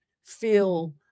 feel